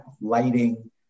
lighting